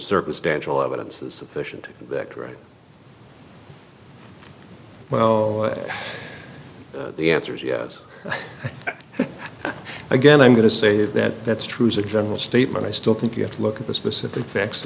circumstantial evidence is sufficient that right well the answer's yes again i'm going to say that that's true as a general statement i still think you have to look at the specific facts